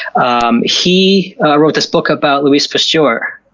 um he wrote this book about louis pasteur,